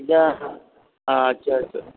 দে আচ্ছা আচ্ছা